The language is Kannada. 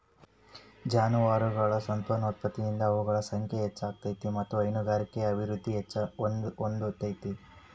ಜಾನುವಾರಗಳ ಸಂತಾನೋತ್ಪತ್ತಿಯಿಂದ ಅವುಗಳ ಸಂಖ್ಯೆ ಹೆಚ್ಚ ಆಗ್ತೇತಿ ಮತ್ತ್ ಹೈನುಗಾರಿಕೆನು ಅಭಿವೃದ್ಧಿ ಹೊಂದತೇತಿ